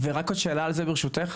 ורק עוד שאלה על זה ברשותך,